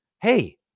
Hey